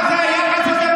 מה זה היחס הזה?